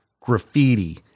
graffiti